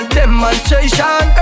demonstration